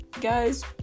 guys